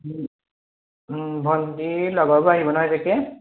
ভণ্টিৰ লগৰবোৰ আহিব নহয়